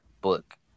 Book